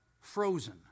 frozen